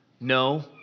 No